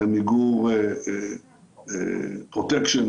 מיגור פרוטקשן